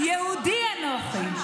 יהודי אנוכי,